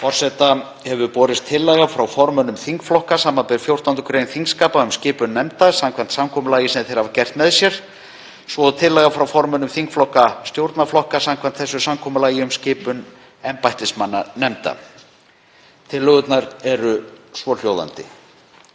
Forseta hefur borist tillaga frá formönnum þingflokka, samanber 14. gr. þingskapa um skipun nefnda, samkvæmt samkomulagi sem þeir hafa gert með sér, svo og tillaga frá formönnum þingflokka stjórnarflokka samkvæmt þessu samkomulagi um skipun embættismanna nefnda. SPEECH_END --- NEXT_SPEECH